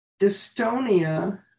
dystonia